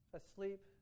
asleep